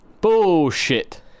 Bullshit